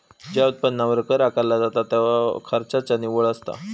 ज्या उत्पन्नावर कर आकारला जाता त्यो खर्चाचा निव्वळ असता